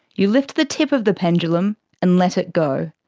you lift the tip of the pendulum and let it go.